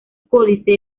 códice